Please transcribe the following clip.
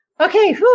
Okay